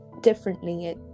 differently